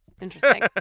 Interesting